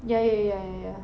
ya ya ya ya ya